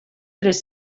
tres